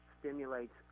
stimulates